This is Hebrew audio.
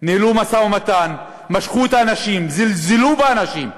ניהלו משא-ומתן, משכו את האנשים, זלזלו באנשים,